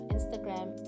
Instagram